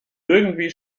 irgendwie